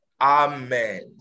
Amen